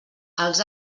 els